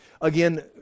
again